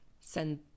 send